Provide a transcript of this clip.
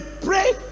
pray